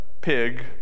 Pig